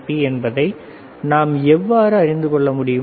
B என்பதை நாம் எவ்வாறு அறிந்து கொள்ள முடியும்